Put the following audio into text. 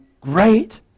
great